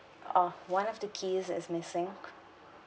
oh one of the keys is missing